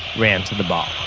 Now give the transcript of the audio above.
ran to the ball